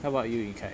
how about you ying kai